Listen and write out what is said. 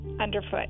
underfoot